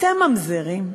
אתם ממזרים.